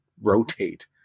rotate